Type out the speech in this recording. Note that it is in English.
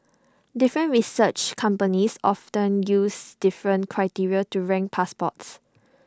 different research companies often use different criteria to rank passports